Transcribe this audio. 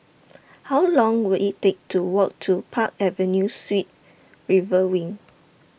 How Long Will IT Take to Walk to Park Avenue Suites River Wing